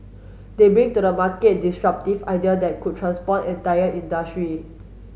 they bring to the market disruptive idea that could transform entire industry